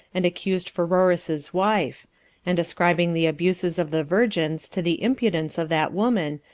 and accused pheroras's wife and ascribing the abuses of the virgins to the impudence of that woman,